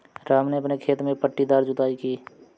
राम ने अपने खेत में पट्टीदार जुताई की